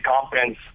confidence